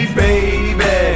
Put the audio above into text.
baby